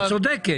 היא צודקת.